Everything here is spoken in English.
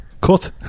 Cut